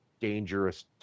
dangerous